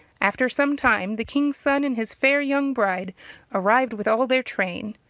after some time, the king's son and his fair young bride arrived with all their train.